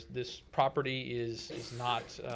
this property is is not